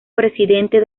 presidente